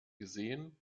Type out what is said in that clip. gesehen